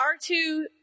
R2